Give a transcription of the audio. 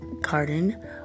Garden